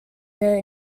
the